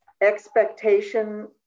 Expectation